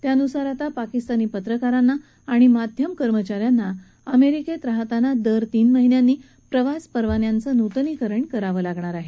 त्यानुसार आता पाकिस्तानी पत्रकारांना आणि माध्यम कर्मचा यांना अमेरिकेत राहताना दर तीन महिन्यांनी प्रवास परवान्याचं नूतनीकरण करावं लागणार आहे